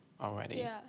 already